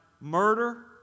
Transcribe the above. murder